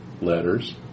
letters